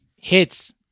hits